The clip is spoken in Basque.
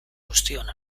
guztion